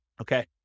Okay